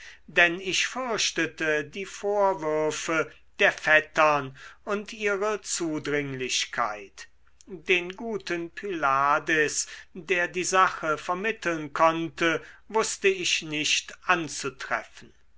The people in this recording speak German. denn ich fürchtete die vorwürfe der vettern und ihre zudringlichkeit den guten pylades der die sache vermitteln konnte wußte ich nicht anzutreffen